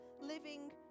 living